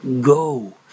go